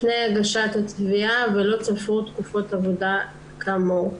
לפני הגשת התביעה ולא צברו תקופות עבודה כאמור.